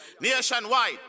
Nationwide